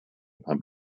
pump